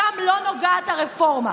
שם לא נוגעת הרפורמה.